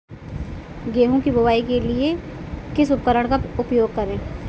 गेहूँ की बुवाई के लिए किस उपकरण का उपयोग करें?